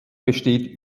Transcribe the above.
besteht